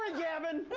gavin.